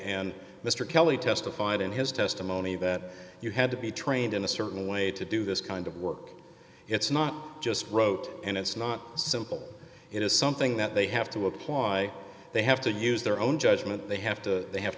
and mr kelley testified in his testimony that you had to be trained in a certain way to do this kind of work it's not just wrote and it's not simple it is something that they have to apply they have to use their own judgment they have to they have